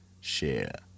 share